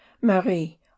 Marie